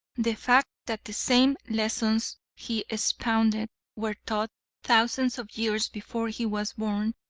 the fact that the same lessons he expounded were taught thousands of years before he was born,